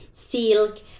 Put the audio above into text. silk